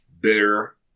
bitter